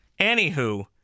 anywho